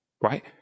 right